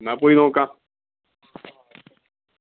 എന്നാൽ പോയി നോക്കാം